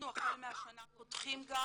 אנחנו החל מהשנה פותחם גם